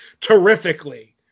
terrifically